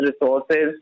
resources